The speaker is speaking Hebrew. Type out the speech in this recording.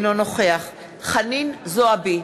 אינו נוכח חנין זועבי,